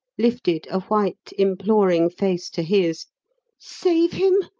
lifted a white, imploring face to his save him!